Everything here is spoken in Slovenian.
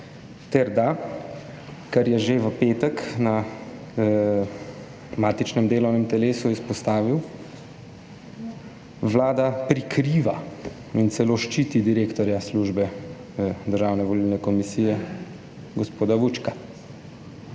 ter da, ker je že v petek na matičnem delovnem telesu izpostavil, Vlada prikriva in celo ščiti direktorja službe Državne volilne komisije, gospoda Vučka.